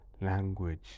language